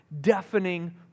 deafening